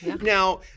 Now